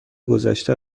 گذشته